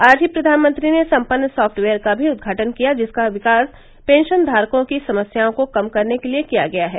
आज ही प्रधानमंत्री ने संपन्न साफ्टवेयर का भी उद्घाटन किया जिसका विकास पेंशनधारकों की समस्याओं को कम करने के लिए किया गया है